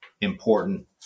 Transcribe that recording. important